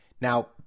Now